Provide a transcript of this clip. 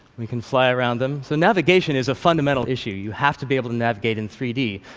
we can fly around them. so navigation is a fundamental issue. you have to be able to navigate in three d.